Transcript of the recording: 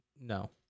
No